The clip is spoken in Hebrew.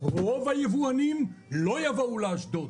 רוב היבואנים לא יבואו לאשדוד